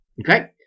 Okay